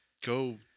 go